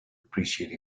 appreciate